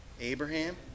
Abraham